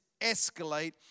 escalate